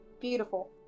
Beautiful